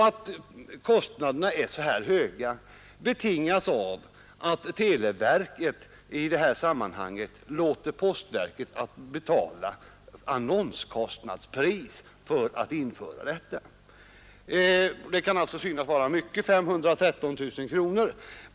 Att kostnaderna är så höga betingas av att televerket i detta sammanhang låter postverket betala annonspris. Det kan alltså synas vara mycket — 513 000 kronor.